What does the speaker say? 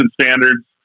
standards